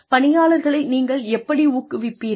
பணியாளர்களை நீங்கள் எப்படி ஊக்குவிக்கிறீர்கள்